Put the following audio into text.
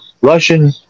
Russian